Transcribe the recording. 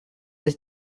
the